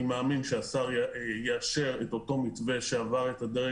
אני מאמין שהשר יאשר את אותו מתווה שעבר את הדרג